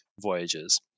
voyages